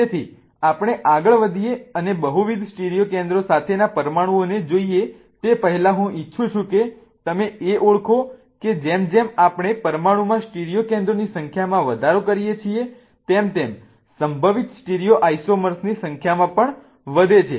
તેથી આપણે આગળ વધીએ અને બહુવિધ સ્ટીરીયો કેન્દ્રો સાથેના પરમાણુઓને જોઈએ તે પહેલા હું ઈચ્છું છું કે તમે એ ઓળખો કે જેમ જેમ આપણે પરમાણુમાં સ્ટીરિયો કેન્દ્રોની સંખ્યામાં વધારો કરીએ છીએ તેમ તેમ સંભવિત સ્ટીરીયો આઈસોમર્સની સંખ્યા પણ વધે છે